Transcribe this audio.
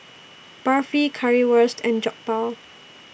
Barfi Currywurst and Jokbal